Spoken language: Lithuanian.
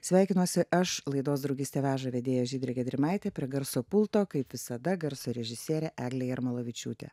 sveikinuosi aš laidos draugystė veža vedėja žydrė gedrimaitė prie garso pulto kaip visada garso režisierė eglė jarmolavičiūtė